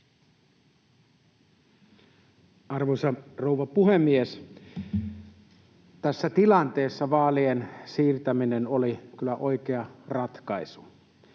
Arvoisa rouva puhemies! Tässä tilanteessa vaalien siirtäminen oli kyllä oikea ratkaisu.